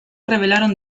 revelaron